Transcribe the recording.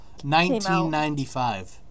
1995